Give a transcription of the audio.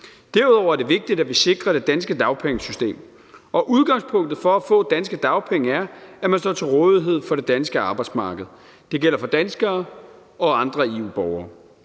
Derudover er det vigtigt, at vi sikrer det danske dagpengesystem, og udgangspunktet for at få danske dagpenge er, at man står til rådighed for det danske arbejdsmarked. Det gælder både for danskere og andre EU-borgere.